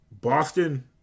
Boston